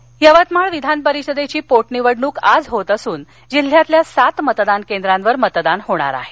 पोटनिवडणक यवतमाळ यवतमाळ विधानपरिषदेची पोटनिवडणुक आज होत असून जिल्ह्यातल्या सात मतदान केंद्रांवर मतदान होणार आहे